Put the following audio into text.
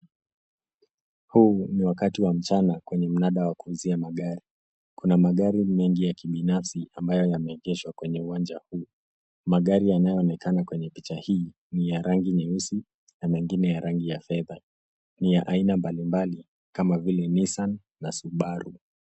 Huu ni wakati wa mchana kwenye mnanda wa kuuzia magari. Kuna magari mengi ya binafsi ambayo yameegeshwa kwenye uwanja huu. Magari yanayoonekana kwenye picha hii ni ya rangi nyeusi na mengine ya rangi ya fedha. Ni ya aina mbalimbali kama vile Nisani na Subaru.